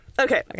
Okay